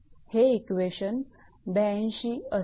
हे इक्वेशन 82 असेल